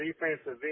defensive